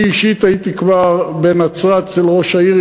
אני אישית הייתי כבר בנצרת אצל ראש העיר,